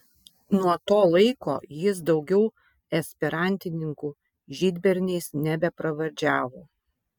nuo to laiko jis daugiau esperantininkų žydberniais nebepravardžiavo